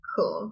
Cool